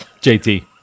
JT